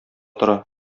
тора